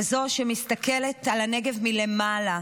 כזאת שמסתכלת על הנגב מלמעלה,